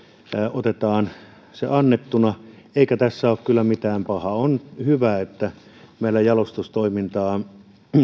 otetaan se annettuna eikä tässä ole kyllä mitään pahaa on hyvä että meillä jalostustoimintaan